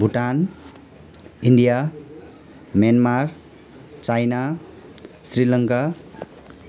Bhutan India Myanmar China Sri Lanka